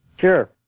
Sure